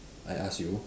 I ask you